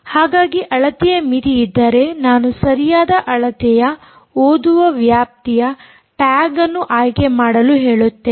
ಹಾಗಾಗಿ ಅಳತೆಯ ಮಿತಿ ಇದ್ದರೆ ನಾನು ಸರಿಯಾದ ಅಳತೆಯ ಓದುವ ವ್ಯಾಪ್ತಿಯ ಟ್ಯಾಗ್ ಅನ್ನು ಆಯ್ಕೆ ಮಾಡಲು ಹೇಳುತ್ತೇನೆ